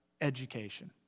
education